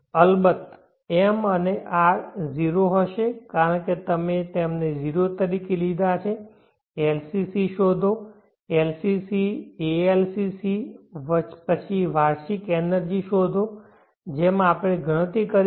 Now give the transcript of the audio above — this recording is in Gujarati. અલબત્ત M અને R 0 હશે કારણ કે અમે તેમને 0 તરીકે લીધા છે LCC શોધો LCC ALCC પછી વાર્ષિક એનર્જી શોધો જેમ આપણે ગણતરી કરી છે